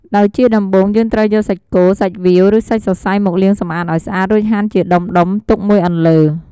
ដោយជាដំបូងយើងត្រូវយកសាច់គោ សាច់វៀវ ឬសាច់សសៃមកលាងសម្អាតឱ្យស្អាត រួចហាន់ជាដុំៗទុកមួយអន្លើ។